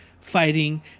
fighting